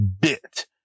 bit